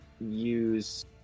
use